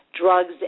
drugs